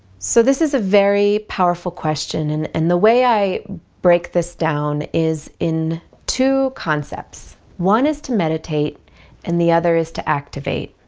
so, this is a very powerful question and and the way i break this down is in two concepts one is to meditate and the other is to activate.